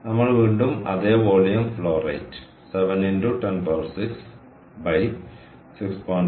നമ്മൾ വീണ്ടും അതേ വോളിയം ഫ്ലോ റേറ്റ് 7x 106 6